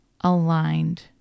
aligned